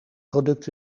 product